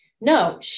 No